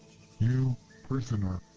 you prisoner.